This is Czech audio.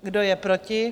Kdo je proti?